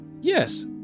Yes